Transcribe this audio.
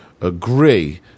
agree